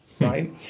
right